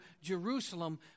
Jerusalem